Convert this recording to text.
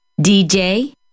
DJ